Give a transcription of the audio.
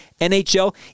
NHL